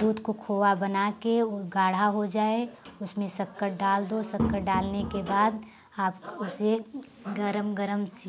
दूध को खोवा बना के वो गाढ़ा हो जाए उसमें शक्कर डाल दो शक्कर डालने के बाद आप उसे गर्म गर्म